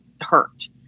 hurt